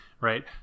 Right